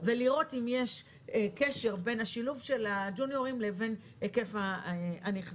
ולראות אם יש קשר בין השילוב של הג'וניורים לבין היקף הנכנסים.